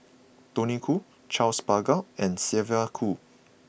Tony Khoo Charles Paglar and Sylvia Kho